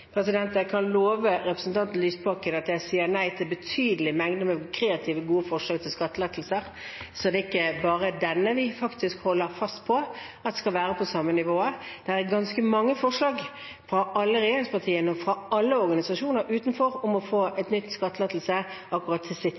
Jeg kan love representanten Lysbakken at jeg sier nei til betydelige mengder med kreative, gode forslag til skattelettelser. Det er ikke bare denne vi faktisk holder fast på at skal være på samme nivå. Det er ganske mange forslag fra alle regjeringspartiene og fra alle organisasjoner utenfor om å få en ny skattelettelse akkurat til sitt